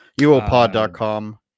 Uopod.com